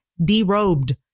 derobed